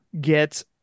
get